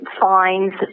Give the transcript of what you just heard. Fines